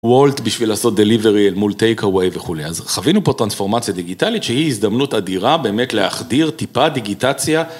וולט בשביל לעשות Delivery מול Takeaway וכולי, אז חווינו פה טרנספורמציה דיגיטלית שהיא הזדמנות אדירה באמת להחדיר טיפה דיגיטציה.